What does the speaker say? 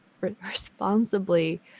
responsibly